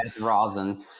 Rosin